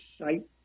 site